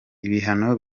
ibihano